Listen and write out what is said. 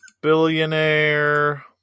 Billionaire